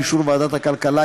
באישור ועדת הכלכלה,